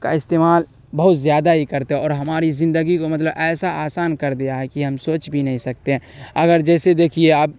کا استعمال بہت زیادہ ہی کرتے ہیں اور ہماری زندگی کو مطلب ایسا آسان کر دیا ہے کہ ہم سوچ بھی نہیں سکتے ہیں اگر جیسے دیکھیے اب